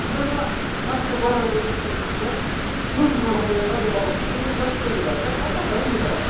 اَد حظ وۅنۍ اَتھ کیٛاہ برابری چھِ تہٕ بہٕ حظ چھُسے دپان تھٔز ماڈل یۅسہٕ اَدلہٕ بَدلَس منٛز وُنۍکٮ۪س چھ تَتھ خٔریٖدار ژےٚ پَتہٕ ما بَنی تَتھ